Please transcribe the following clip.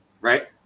right